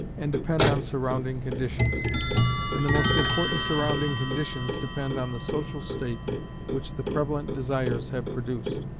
and depend on surrounding conditions and the most important surrounding conditions depend on the social state which the prevalent desires have produced.